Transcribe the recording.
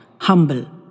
humble